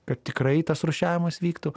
kad tikrai tas rūšiavimas vyktų